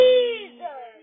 Jesus